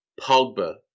Pogba